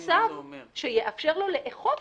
שיאפשר לו לאכוף